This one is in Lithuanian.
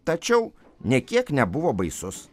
tačiau nė kiek nebuvo baisus